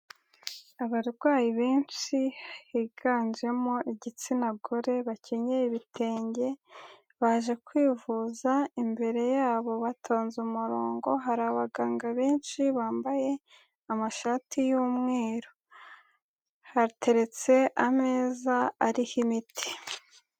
Abarwayi benshi higanjemo igitsina gore bakenyeye ibitenge, baje kwivuza imbere yabo batonze umurongo, hari abaganga benshi bambaye amashati y'umweru, hateretse ameza ariho imiti.